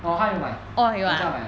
orh 她有买我有叫她买